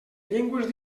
llengües